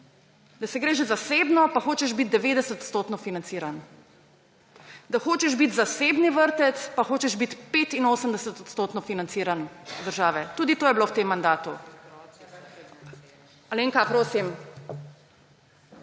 Da se greš zasebno in hočeš biti 90-odstotno financiran. Da hočeš biti zasebni vrtec pa hočeš biti 85-odstotno financiran od države, tudi to je bilo v tem mandatu. / oglašanje iz